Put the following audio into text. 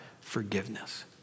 forgiveness